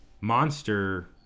monster